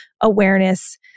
awareness